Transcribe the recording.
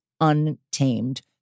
untamed